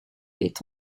est